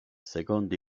secondo